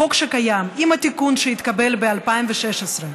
החוק שקיים, עם התיקון שהתקבל ב-2016,